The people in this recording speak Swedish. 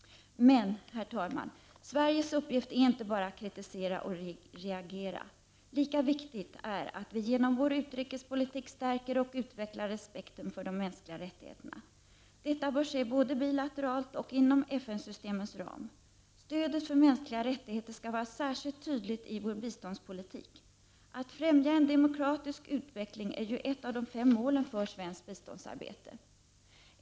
Men, herr talman, Sveriges uppgift är inte bara att kritisera och reagera. Lika viktigt är att vi genom vår utrikespolitik stärker och utvecklar respekten för de mänskliga rättigheterna. Detta bör ske både bilateralt och inom FN systemens ramar. Stödet för mänskliga rättigheter skall vara särskilt tydligt i vår biståndspolitik. Att främja en demokratisk utveckling är ju ett av de fem målen för svenskt biståndsarbete.